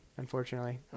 unfortunately